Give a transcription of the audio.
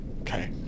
Okay